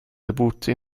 debutto